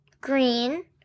green